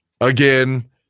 again